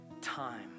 time